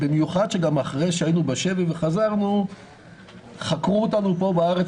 במיוחד שגם אחרי שהיינו בשבי וחזרנו חקרו אותנו פה בארץ